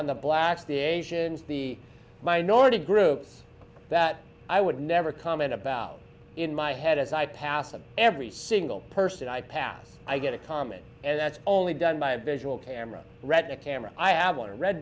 on the blacks the asians the minority groups that i would never comment about in my head as i pass them every single person i pass i get a comment and that's only done by a visual camera retina camera i have